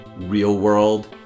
real-world